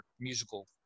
musical